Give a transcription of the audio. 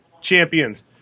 champions